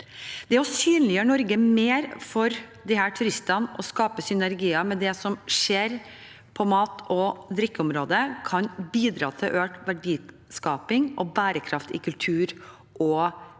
Det å synliggjøre Norge mer for disse turistene og skape synergier med det som skjer på mat- og drikkeområdet, kan bidra til økt verdiskaping og bærekraftige kultur-